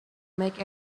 make